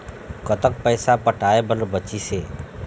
कतक पैसा पटाए बर बचीस हे?